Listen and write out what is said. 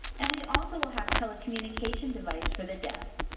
and we also will have telecommunication device for the deaf.